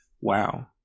Wow